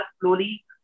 slowly